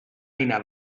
eina